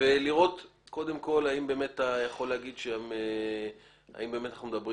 לראות קודם כל האם אתה יכול להגיד שאנחנו מדברים